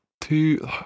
Two